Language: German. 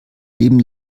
leben